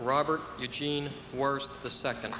robert eugene worst the second